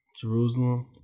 jerusalem